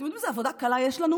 אתם יודעים איזו עבודה קלה יש לנו?